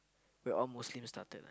where all Muslims started ah